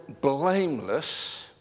blameless